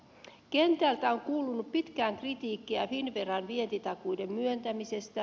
kentältä on kuulunut pitkään kritiikkiä finnveran vientitakuiden myöntämisestä